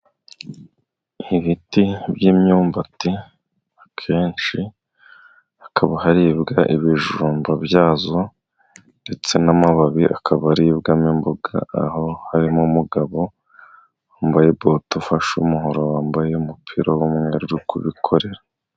Ibiti by'imyumbati akenshi hakaba haribwa ibijumba byayo ndetse n'amababi akaba aribwamo imboga, aho harimo umugabo wambaye bote ufashe umuhoro wambaye umupira w'umweru kubikorera.